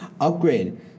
upgrade